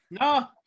No